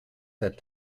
that